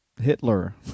Hitler